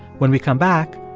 when we come back,